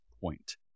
point